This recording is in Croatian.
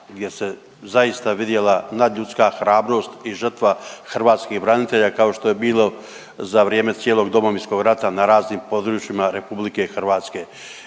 gdje se zaista vidjela nadljudska hrabrost i žrtva hrvatskih branitelja, kao što je bilo za vrijeme cijelog Domovinskog rata na raznim područjima RH i čestitam